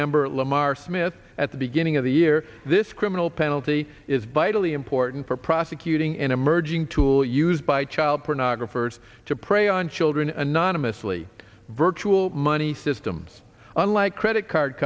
member lamar smith at the beginning of the year this criminal penalty is vitally important for prosecuting an emerging tool used by child pornographers to prey on children anonymously virtual money systems unlike credit card